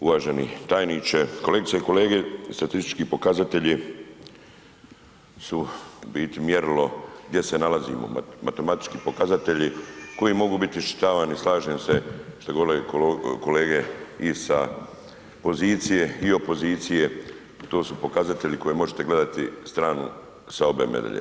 Uvaženi tajniče, kolegice i kolege, statistički pokazatelji su u biti mjerilo gdje se nalazimo, matematički pokazatelji koji mogu biti iščitavani, slažem se šta je govorila i kolegice i sa pozicije i opozicije, to su pokazatelji koje možete gledati stranu sa obe medalje.